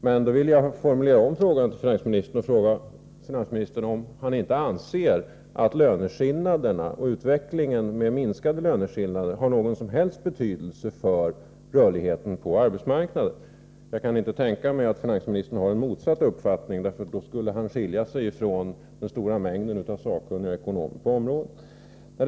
Jag vill därför formulera om min fråga till finansministern: Anser inte finansministern att löneskillnaderna och utvecklingen mot minskade sådana har någon som helst betydelse för rörligheten på arbetsmarknaden? Jag kan inte tänka mig att finansministern har en motsatt uppfattning — då skulle han skilja sig från den stora mängden av de på området sakkunniga ekonomerna.